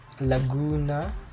laguna